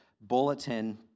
bulletin